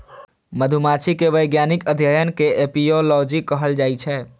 मधुमाछी के वैज्ञानिक अध्ययन कें एपिओलॉजी कहल जाइ छै